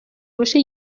باشه